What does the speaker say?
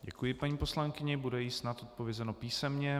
Děkuji, paní poslankyně, bude jí snad odpovězeno písemně.